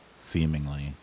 seemingly